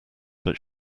but